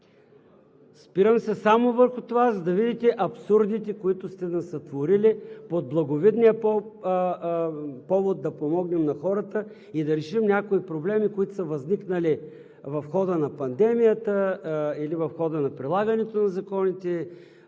Спирам се само върху това, за да видите абсурдите, които сте сътворили под благовидния повод да помогнем на хората и да решим някои проблеми, които са възникнали в хода на пандемията или в хода на прилагането на законите,